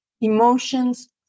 emotions